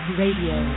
radio